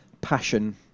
passion